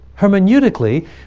Hermeneutically